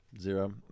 zero